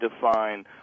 define